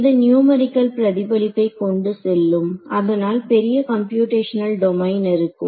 இது நியுமெரிகல் பிரதிபலிப்பை கொண்டு செல்லும் அதனால் பெரிய கம்ப்யுடேஷனல் டொமைன் இருக்கும்